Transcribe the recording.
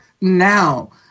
now